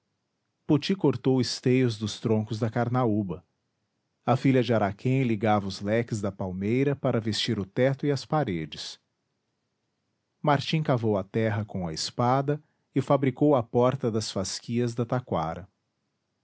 poti cortou esteios dos troncos da carnaúba a filha de araquém ligava os leques da palmeira para vestir o teto e as paredes martim cavou a terra com a espada e fabricou a porta das fasquias da taquara